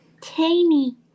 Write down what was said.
tiny